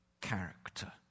character